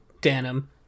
denim